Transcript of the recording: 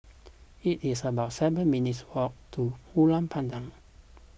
it is about seven minutes' walk to Ulu Pandan